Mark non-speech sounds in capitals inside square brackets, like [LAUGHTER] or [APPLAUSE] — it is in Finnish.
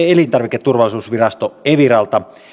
[UNINTELLIGIBLE] elintarviketurvallisuusvirasto eviralta